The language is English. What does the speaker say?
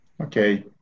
Okay